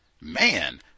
man